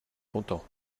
content